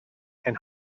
and